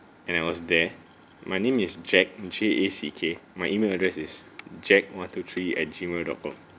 and I was there my name is jack J A C K my email address is jack one two three at G mail dot com